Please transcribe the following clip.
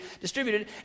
distributed